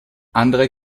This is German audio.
andere